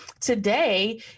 today